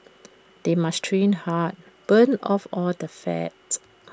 they must train hard burn off all the fat